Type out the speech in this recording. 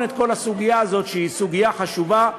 את כל הסוגיה הזאת, שהיא סוגיה חשובה,